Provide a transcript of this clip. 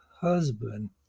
husband